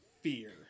fear